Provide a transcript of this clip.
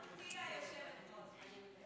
גברתי היושבת-ראש.